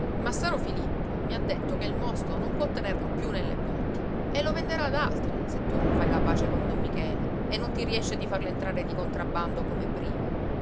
pedate massaro filippo mi ha detto che il mosto non può tenerlo più nelle botti e lo venderà ad altri se tu non fai la pace con don michele e non ti riesce di farlo entrare di contrabbando come prima